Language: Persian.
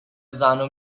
زنو